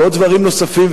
ודברים נוספים,